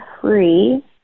free